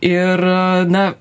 ir na